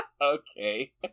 Okay